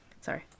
Sorry